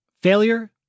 failure